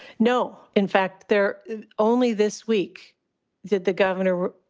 no. in fact, they're only this week did the governor